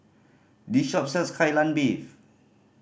this shop sells Kai Lan Beef